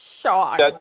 Shocked